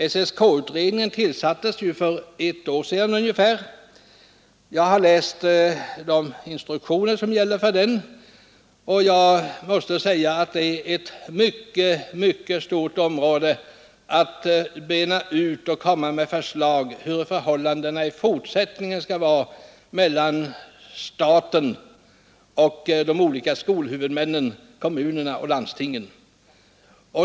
SSK-utredningen tillsattes för ett år sedan ungefär. Jag har läst de instruktioner som gäller för den, och jag måste säga att det är ett mycket stort område att bena ut och att komma med förslag om hur förhållandena i fortsättningen skall vara ordnade mellan staten och de olika skolhuvudmännen, kommunerna och landstingen.